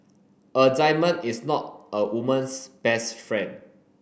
a diamond is not a woman's best friend